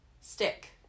Stick